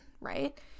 right